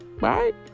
right